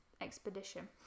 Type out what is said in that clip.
expedition